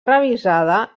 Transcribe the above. revisada